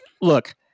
look